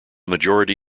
majority